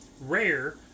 rare